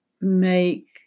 make